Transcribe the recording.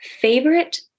favorite